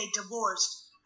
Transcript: divorced